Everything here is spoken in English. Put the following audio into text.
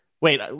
Wait